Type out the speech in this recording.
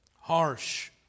harsh